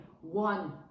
one